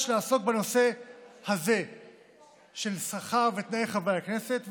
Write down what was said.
לעסוק בנושא הזה של שכר ותנאי חברי הכנסת,